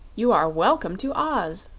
you are welcome to oz,